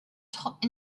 taught